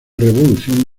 revolución